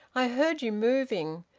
i heard you moving.